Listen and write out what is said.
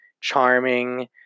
charming